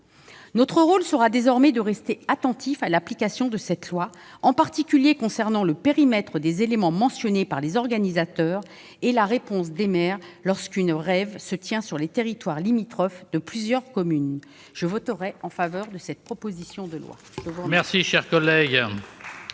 Notre rôle sera désormais de rester attentifs à la mise en oeuvre de cette proposition de loi, en particulier concernant le périmètre des éléments mentionnés par les organisateurs et la réponse des maires lorsqu'une rave se tient sur les territoires limitrophes de plusieurs communes. Je voterai cette proposition de loi.